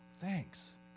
thanks